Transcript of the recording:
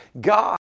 God